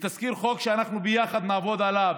תזכיר חוק שאנחנו יחד נעבוד עליו,